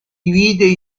divide